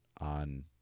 on